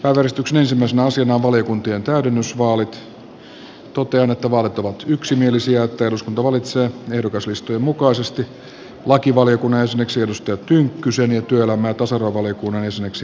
rangaistuksensa myös naisena valiokuntien talouden totean että vaalit ovat yksimielisiä ja että eduskunta valitsee ehdokaslistojen mukaisesti lakivaliokunnan jäseneksi edustaja tynkkyselleetyillä mieto sanoo valiokunnan jäseneksi